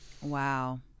Wow